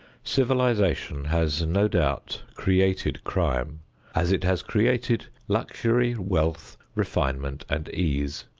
civilization has no doubt created crime as it has created luxury, wealth, refinement and ease.